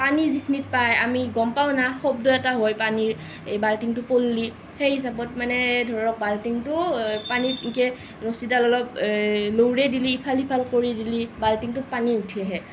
পানী যিখিনিত পায় আমি গম পাওঁ না শব্দ এটা হয় পানীৰ বাল্টিংটো পল্লি সেই হিচাপত মানে ধৰক বাল্টিংটো পানীত এনেকে ৰছীডাল অলপ লওৰে দি ইফাল সিফাল কৰি দিলি বল্টিংটোত পানী উঠি আহে